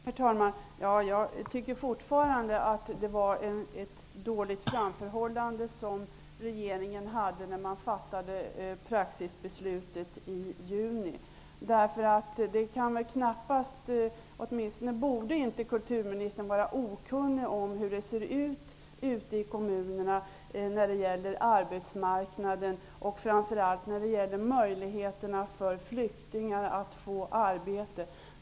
Herr talman! Jag tycker fortfarande att regeringen hade en dålig framförhållning, när den fattade sitt beslut i juni. Kulturministern borde inte vara okunnig om hur det ser ut ute i kommunerna när det gäller arbetsmarknaden och framför allt flyktingars möjligheter att få arbete.